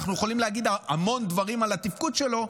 אנחנו יכולים להגיד המון דברים על התפקוד שלו,